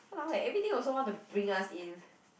walao eh everyday also want to bring us in